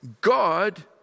God